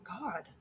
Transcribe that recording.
god